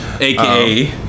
AKA